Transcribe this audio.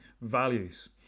values